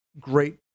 great